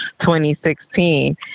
2016